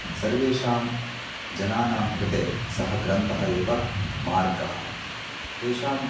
सर्वेषां जनानां कृते सः ग्रन्थः एव मार्गः तेषाम्